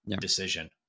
decision